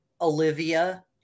Olivia